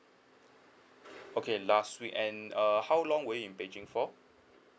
okay last week and uh how long were you in beijing for